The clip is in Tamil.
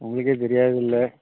உங்களுக்கே தெரியாததுல்லை